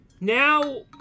now